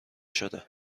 شده